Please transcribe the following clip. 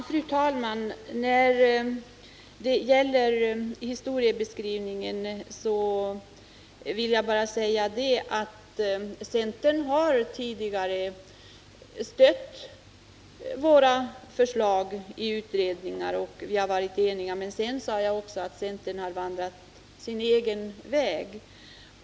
Fru talman! När det gäller historieskrivningen vill jag bara säga att centern tidigare har stött våra förslag i utredningar, och vi har varit eniga. Men sedan har centern vandrat sin egen väg.